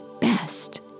best